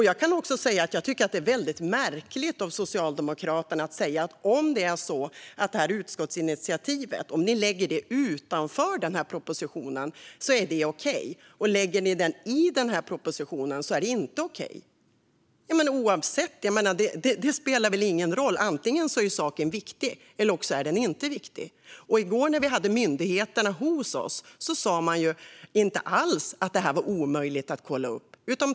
Jag tycker dessutom att det är väldigt märkligt av Socialdemokraterna att säga att om vi lägger fram ett utskottsinitiativ utanför propositionen är det okej. Men om vi lägger fram det inom propositionen är det inte okej. Det kan väl inte spela någon roll? Antingen är saken viktig, eller så är den inte viktig. När vi hade myndigheterna hos oss i går sa de att det inte alls var omöjligt att kontrollera.